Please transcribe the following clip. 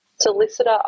Solicitor